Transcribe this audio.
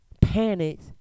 panicked